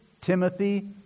Timothy